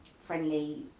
friendly